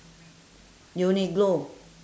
uniqlo